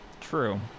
True